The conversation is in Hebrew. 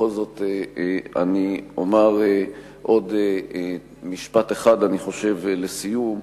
בכל זאת אני אומר עוד משפט אחד, אני חושב, לסיום.